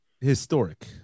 historic